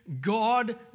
God